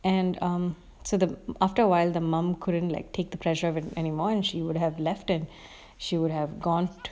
and um so the after awhile the mom couldn't like take the pressure of it anymore and she would have left and she would have gone